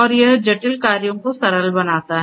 और यह जटिल कार्यों को सरल बनाता है